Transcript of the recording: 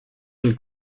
une